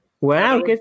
Wow